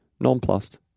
nonplussed